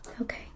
Okay